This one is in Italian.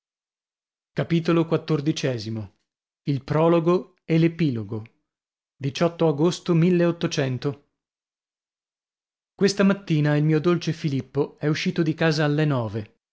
tu xiv il prologo e epilogo agosto questa mattina il mio dolce filippo è uscito di casa alle nove